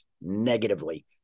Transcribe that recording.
negatively